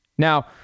Now